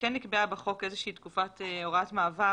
שכן נקבעה בחוק איזושהי תקופת הוראת מעבר